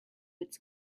its